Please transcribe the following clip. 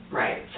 right